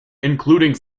including